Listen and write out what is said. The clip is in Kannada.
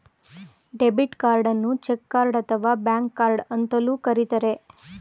ಡೆಬಿಟ್ ಕಾರ್ಡನ್ನು ಚಕ್ ಕಾರ್ಡ್ ಅಥವಾ ಬ್ಯಾಂಕ್ ಕಾರ್ಡ್ ಅಂತಲೂ ಕರಿತರೆ